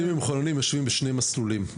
ילדים מחוננים יושבים בשני מסלולים.